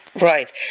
Right